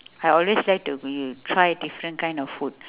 I always like to when you try different kind of food